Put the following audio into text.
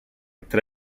tra